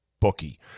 bookie